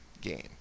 game